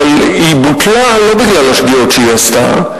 אבל היא בוטלה לא בגלל השגיאות שהיא עשתה.